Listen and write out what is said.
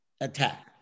attack